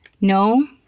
no